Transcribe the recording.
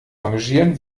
rangieren